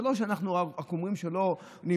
זה לא שאנחנו רק אומרים שהוא לא נמצא,